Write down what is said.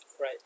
Right